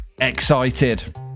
excited